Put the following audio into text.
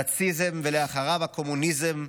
הנאציזם ואחריו הקומוניזם,